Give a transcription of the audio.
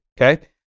okay